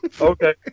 Okay